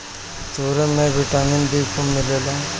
सुरन में vitamin B खूब मिलेला